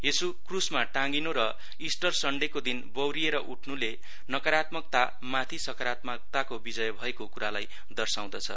यीशु क्रुसमा टाँगिनु र इस्टर सन्डेको दिन बौरिएर उठनुले नकारात्मकतामाथि सकारात्मकताको विजय भएको कुरालाई दर्शाउँदछ